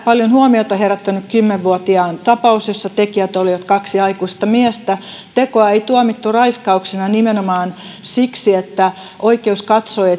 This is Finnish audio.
paljon huomiota herättäneessä kymmenen vuotiaan tapauksessa jossa tekijät olivat kaksi aikuista miestä tekoa ei tuomittu raiskauksena nimenomaan siksi että oikeus katsoi